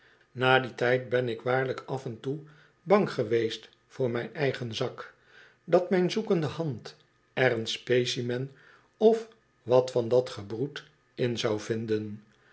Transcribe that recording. na dien tijd ben ik waarlijk af en toe bang geweest voor mijn eigen zak dat myn zoekende hand er een specimen of wat van dat gebroed in zou vinden